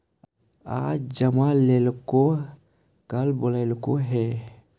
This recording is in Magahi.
आज जमा लेलको कल बोलैलको हे?